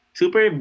super